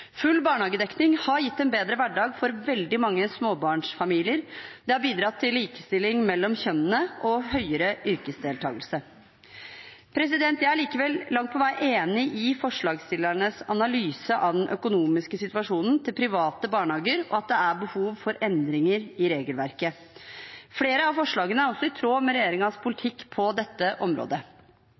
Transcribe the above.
Full barnehagedekning har gitt en bedre hverdag for veldig mange småbarnsfamilier. Det har bidratt til likestilling mellom kjønnene og høyere yrkesdeltakelse. Jeg er likevel langt på vei enig i forslagsstillernes analyse av den økonomiske situasjonen til private barnehager, og at det er behov for endringer i regelverket. Flere av forslagene er også i tråd med regjeringens politikk på dette området.